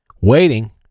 waiting